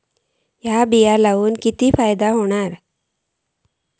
हे बिये लाऊन फायदो कितको जातलो?